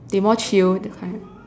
they more chill that kind